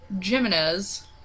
Jimenez